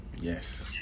Yes